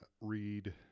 read